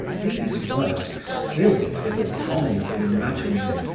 these works filled with abominable imaginings,